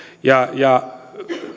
ja ja